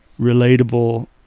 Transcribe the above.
relatable